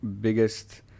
biggest